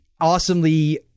awesomely